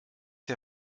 der